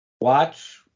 watch